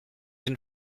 une